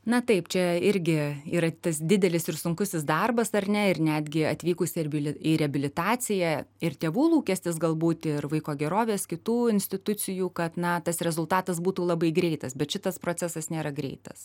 na taip čia irgi yra tas didelis ir sunkusis darbas ar ne ir netgi atvykus į reabil į reabilitaciją ir tėvų lūkestis galbūt ir vaiko gerovės kitų institucijų kad na tas rezultatas būtų labai greitas bet šitas procesas nėra greitas